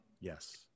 Yes